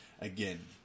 Again